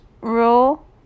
rule